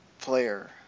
player